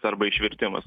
arba išvirtimas